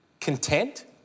content